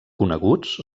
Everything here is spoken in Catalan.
coneguts